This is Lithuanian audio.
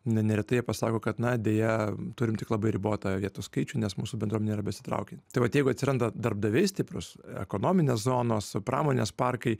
ne neretai jie pasako kad na deja turim tik labai ribotą vietų skaičių nes mūsų bendruomenė yra besitraukianti tai vat jeigu atsiranda darbdavys stiprios ekonominės zonos pramonės parkai